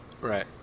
Right